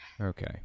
Okay